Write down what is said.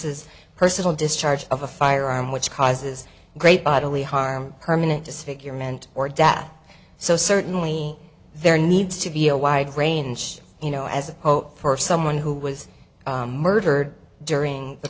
is personal discharge of a firearm which causes great bodily harm permanent disfigurement or dad so certainly there needs to be a wide range you know as a whole for someone who was murdered during the